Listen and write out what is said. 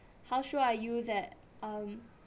how sure are you that um